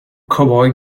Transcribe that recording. cowboy